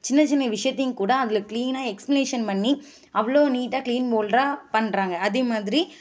சின்னச்சின்ன விஷயத்தையும் கூட அதில் க்ளீனாக எக்ஸ்ப்ளனேஷன் பண்ணி அவ்வளோ நீட்டாக க்ளீன் ஹோல்ட்ரா பண்ணுறாங்க அதே மாதிரி